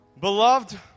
Beloved